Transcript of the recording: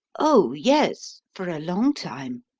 oh, yes for a long time.